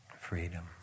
freedom